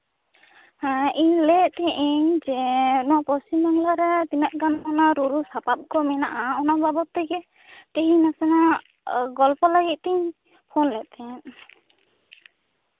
ᱤᱧ ᱞᱟᱹᱭᱮᱜ ᱛᱟᱦᱮᱱᱤᱧ ᱯᱚᱥᱪᱷᱤᱢᱵᱟᱝᱞᱟᱨᱮ ᱛᱤᱱᱟᱹᱜ ᱜᱟᱱ ᱚᱱᱟ ᱨᱩᱨᱩ ᱥᱟᱯᱟᱯ ᱠᱚ ᱢᱮᱱᱟᱜᱼᱟ ᱚᱱᱟ ᱵᱟᱵᱚᱫ ᱛᱮᱜᱮ ᱛᱮᱦᱮᱧ ᱱᱟᱥᱮᱱᱟᱜ ᱜᱚᱞᱯᱚ ᱞᱟᱹᱜᱤᱫ ᱤᱧ ᱯᱷᱳᱱ ᱞᱮᱜ ᱛᱟᱦᱮᱜ